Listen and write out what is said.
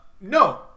No